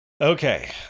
Okay